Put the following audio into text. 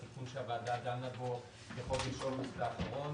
התיקון שהוועדה דנה בו בחודש אוגוסט האחרון